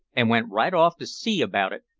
an' went right off to see about it,